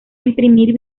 imprimir